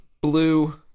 blue